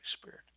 Spirit